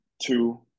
two